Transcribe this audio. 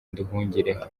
nduhungirehe